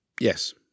Yes